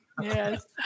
Yes